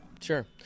Sure